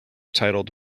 titled